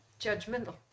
Judgmental